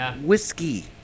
whiskey